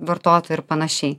vartotoją ir panašiai